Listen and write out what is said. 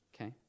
Okay